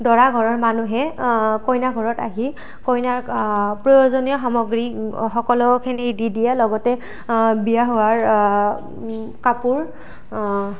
দৰা ঘৰৰ মানুহে কইনা ঘৰত আহি কইনাক প্ৰয়োজনীয় সামগ্ৰী সকলোখিনি দি দিয়ে লগতে বিয়া হোৱাৰ কাপোৰ